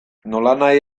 nolanahi